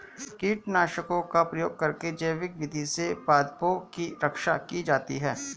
कीटनाशकों का प्रयोग करके जैविक विधि से पादपों की रक्षा की जाती है